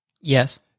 Yes